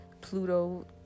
Pluto